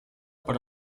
para